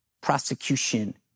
prosecution